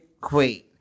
queen